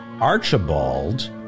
Archibald